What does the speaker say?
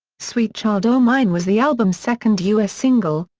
sweet child o' mine was the album's second u s. single,